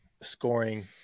scoring